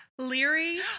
Leary